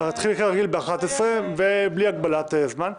להתחיל כרגיל בשעה 11 ובלי הגבלת זמן.